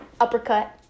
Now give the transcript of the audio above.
uppercut